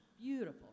beautiful